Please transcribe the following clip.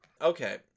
okay